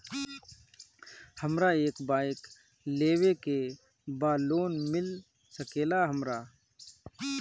हमरा एक बाइक लेवे के बा लोन मिल सकेला हमरा?